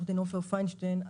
עו"ד עופר פיינשטיין,